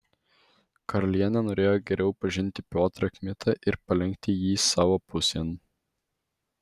karalienė norėjo geriau pažinti piotrą kmitą ir palenkti jį savo pusėn